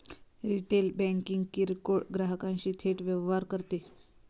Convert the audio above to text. retail banking किरकोळ ग्राहकांशी थेट व्यवहार करते